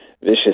Vicious